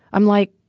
i'm like,